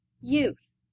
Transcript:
Youth